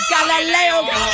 Galileo